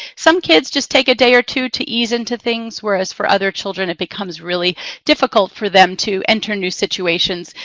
some kids just take a day or two to ease into things, whereas for other children, it becomes really difficult for them to enter new situations,